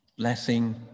Blessing